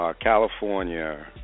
California